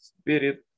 spirit